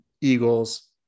Eagles